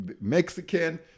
Mexican